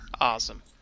Awesome